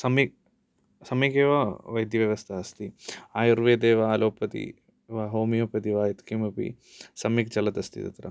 सम्य सम्यगेव वैद्यव्यवस्था अस्ति आयुर्वेदे वा अलोपति होमियोपति वा यत्किमपि सम्यक् चलदस्ति तत्र